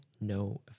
no